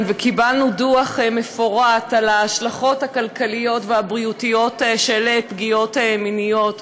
וקיבלנו דוח מפורט על ההשלכות הכלכליות והבריאותיות של פגיעות מיניות,